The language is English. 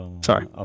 Sorry